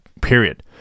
Period